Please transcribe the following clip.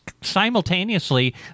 simultaneously